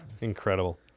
incredible